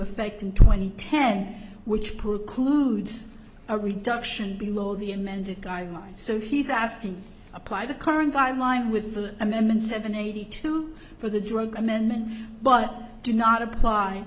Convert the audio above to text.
effect in twenty ten which put kudos are we duction below the amended guidelines so he's asking apply the current guideline with the amendment seven eighty two for the drug amendment but do not apply